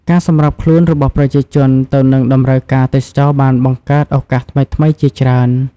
ការសម្របខ្លួនរបស់ប្រជាជនទៅនឹងតម្រូវការទេសចរណ៍បានបង្កើតឱកាសថ្មីៗជាច្រើន។